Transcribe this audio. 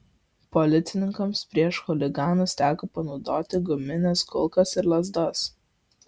policininkams prieš chuliganus teko panaudoti gumines kulkas ir lazdas